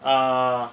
err